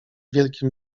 wielkim